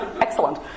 excellent